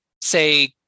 say